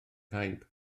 caib